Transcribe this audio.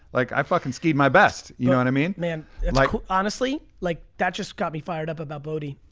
like i fucking skied my best, you know what and i mean? man, and like honestly, like that just got me fired up about bode.